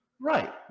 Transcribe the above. Right